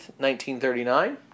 1939